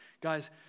Guys